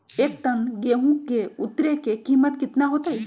एक टन गेंहू के उतरे के कीमत कितना होतई?